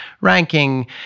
ranking